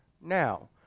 now